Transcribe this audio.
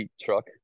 truck